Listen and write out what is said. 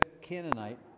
Canaanite